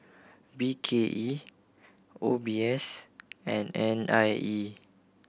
B K E O B S and N I E